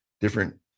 different